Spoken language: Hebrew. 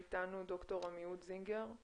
איתנו ד"ר עמיהוד זינגר,